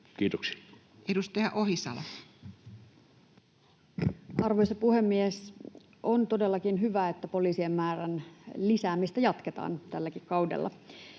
Time: 13:16 Content: Arvoisa puhemies! On todellakin hyvä, että poliisien määrän lisäämistä jatketaan tälläkin kaudella.